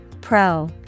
Pro